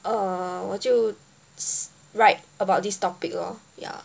mm 我就 jiu write about this topic lor ya